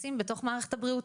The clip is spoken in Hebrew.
שנעשים בתוך מערכת הבריאות.